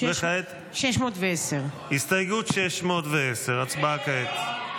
וכעת הסתייגות 610. הצבעה כעת.